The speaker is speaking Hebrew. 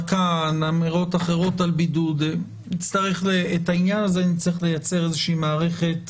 אמירות אחרות על בידוד נצטרך את העניין הזה לייצר איזושהי מערכת